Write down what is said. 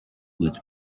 with